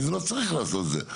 לא צריך לעשות את זה.